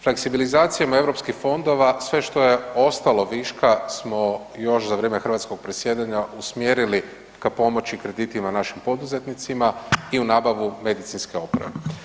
Fleksibilizacijom EU fondova sve što je ostalo viška smo još za vrijeme hrvatskog predsjedanja usmjerili ka pomoći kreditima našim poduzetnicima i u nabavu medicinske opreme.